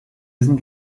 sind